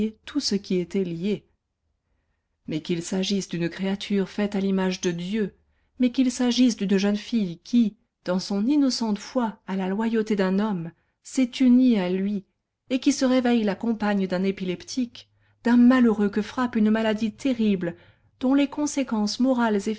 tout ce qui était lié mais qu'il s'agisse d'une créature faite à l'image de dieu mais qu'il s'agisse d'une jeune fille qui dans son innocente foi à la loyauté d'un homme s'est unie à lui et qui se réveille la compagne d'un épileptique d'un malheureux que frappe une maladie terrible dont les conséquences morales